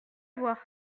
voir